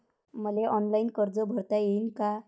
मले ऑनलाईन कर्ज भरता येईन का?